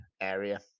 area